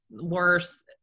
Worse